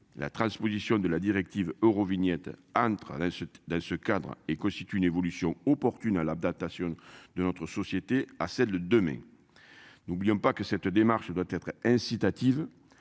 la transposition de la directive Eurovignette. Dans ce cadre et constitue une évolution opportune à l'adaptation de notre société à celle de demain. N'oublions pas que cette démarche doit être incitatives